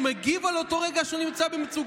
איך שהוא מגיב על אותו רגע שבו הוא נמצא במצוקה,